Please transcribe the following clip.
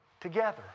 Together